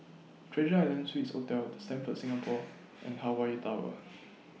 Treasure Island Swissotel The Stamford Singapore and Hawaii Tower